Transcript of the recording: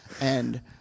and-